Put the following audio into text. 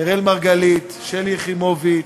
אראל מרגלית, שלי יחימוביץ,